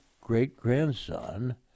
great-grandson